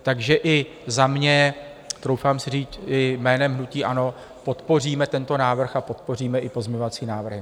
Takže i za mě, troufám si říct i jménem hnutí ANO, podpoříme tento návrh a podpoříme i pozměňovací návrhy.